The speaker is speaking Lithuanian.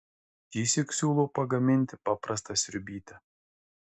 šįsyk siūlau pagaminti paprastą sriubytę